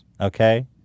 Okay